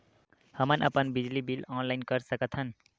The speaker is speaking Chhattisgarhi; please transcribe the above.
हमन अपन बिजली बिल ऑनलाइन कर सकत हन?